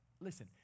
listen